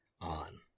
on